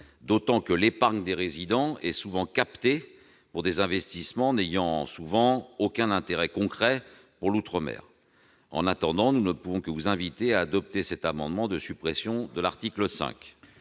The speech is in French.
d'autant que l'épargne des résidents est souvent captée par des investissements n'ayant aucun intérêt concret pour l'outre-mer ? En attendant, nous ne pouvons que vous inviter, mes chers collègues, à adopter cet amendement de suppression de l'article 5.